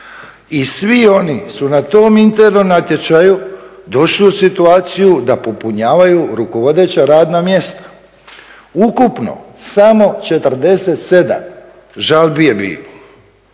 I svi oni su na tom internom natječaju došli u situaciju da popunjavaju rukovodeća radna mjesta. Ukupno samo 47 žalbi je bilo.